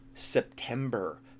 september